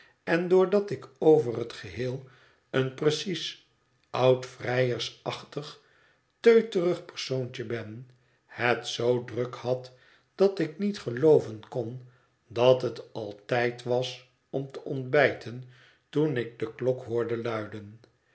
en door dat ik over het geheel een precies oud vrij sterachtig teuterig persoontje ben het zoo druk had dat ik niet gelooven kon dat het al tijd was om te ontbijten toen ik de klok hoorde luiden